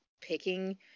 picking